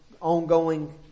ongoing